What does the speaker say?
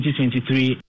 2023